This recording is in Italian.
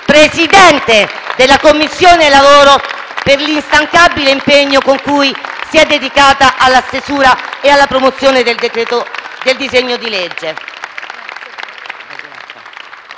Presidente della Commissione lavoro, per l'instancabile impegno con cui si è dedicata alla stesura e alla promozione del disegno di legge.